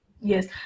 Yes